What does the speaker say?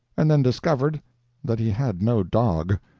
and then discovered that he had no dog.